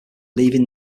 leaving